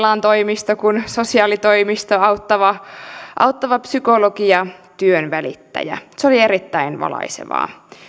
niin kelan toimisto kuin sosiaalitoimisto auttava auttava psykologi ja työnvälittäjä se oli erittäin valaisevaa